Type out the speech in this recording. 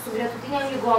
su gretutinėm ligom